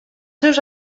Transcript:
seus